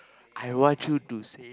I want you to say